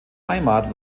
heimat